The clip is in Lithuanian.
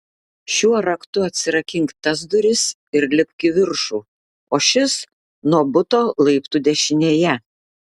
šiuo raktu atsirakink tas duris ir lipk į viršų o šis nuo buto laiptų dešinėje